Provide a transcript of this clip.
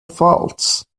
faults